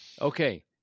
Okay